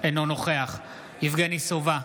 אינו נוכח יבגני סובה,